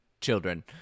children